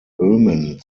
böhmen